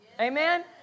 Amen